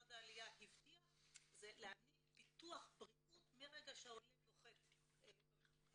שמשרד העלייה הבטיח זה להעניק ביטוח בריאות מהרגע שהעולה נוחת במדינה.